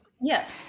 Yes